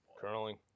Curling